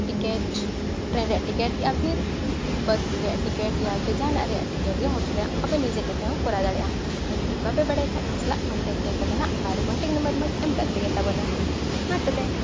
ᱨᱮᱭᱟᱜ ᱭᱟ ᱯᱷᱤᱨ ᱨᱮᱭᱟᱜ ᱭᱟ ᱯᱷᱤᱨ ᱡᱟᱦᱟᱱᱟᱜ ᱨᱮᱭᱟᱜ ᱜᱮ ᱨᱮᱭᱟᱜ ᱟᱯᱮ ᱱᱤᱡᱮ ᱛᱮᱯᱮ ᱦᱚᱸ ᱠᱚᱨᱟᱣ ᱫᱟᱲᱮᱭᱟᱜᱼᱟ ᱟᱨ ᱡᱩᱫᱤ ᱵᱟᱯᱮ ᱵᱟᱲᱟᱭ ᱠᱷᱟᱡ ᱤᱧ ᱥᱟᱞᱟᱜ ᱯᱮ ᱛᱟᱵᱚᱱ ᱱᱟᱦᱟᱜ ᱟᱨ ᱢᱟᱧ ᱮᱢ ᱠᱟᱜ ᱯᱮᱜᱮ ᱛᱟᱵᱚᱱᱟ ᱢᱟ ᱛᱚᱵᱮ